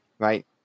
Right